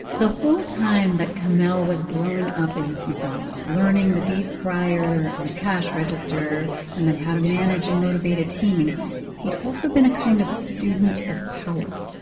the whole time that kamel was growing up in this mcdonald's learning the deep fryer and the cash register and then how to manage and motivate a team he'd also been a kind of student of power.